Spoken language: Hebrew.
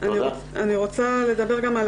אני רוצה לדבר גם על